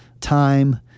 time